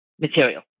material